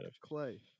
Clay